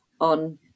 on